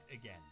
again